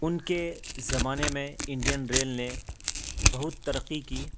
ان کے زمانے میں انڈین ریل نے بہت ترقی کی